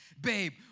Babe